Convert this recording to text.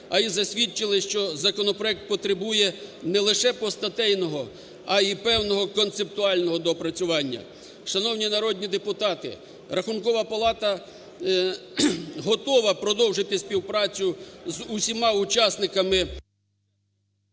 а й засвідчили, що законопроект потребує не лише постатейного, а й певного концептуального доопрацювання. Шановні народні депутати, Рахункова палата готова продовжити співпрацю з усіма учасниками.